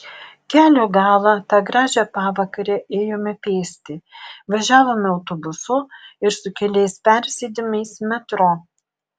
kelio galą tą gražią pavakarę ėjome pėsti važiavome autobusu ir su keliais persėdimais metro